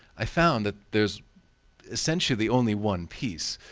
i found that there is essentially only one piece,